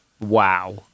wow